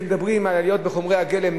מדברים על עליות בחומרי הגלם,